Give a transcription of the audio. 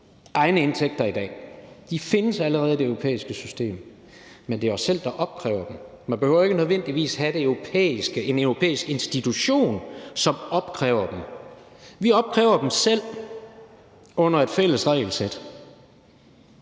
egne indtægter i dag. De findes allerede i det europæiske system, men det er os selv, der opkræver dem. Man behøver ikke nødvendigvis at have en europæisk institution, som opkræver dem. Vi opkræver dem selv under et fælles regelsæt.